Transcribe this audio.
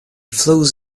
flows